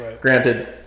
granted